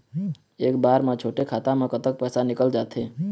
एक बार म छोटे खाता म कतक पैसा निकल जाथे?